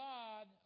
God